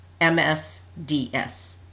MSDS